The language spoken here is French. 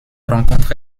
rencontre